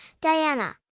Diana